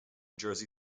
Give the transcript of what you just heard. jersey